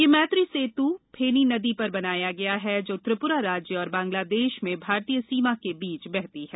यह मैत्री सेतु फेनी नदी पर बनाया गया है जो त्रिपुरा राज्य और बंगलादेश में भारतीय सीमा के बीच बहती है